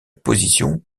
position